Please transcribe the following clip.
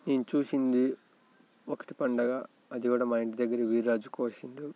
నేను చూసింది ఒకటి పండగ అది కూడా మా ఇంటి దగ్గర వీర రాజు కోసాడు